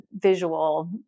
visual